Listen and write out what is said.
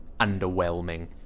underwhelming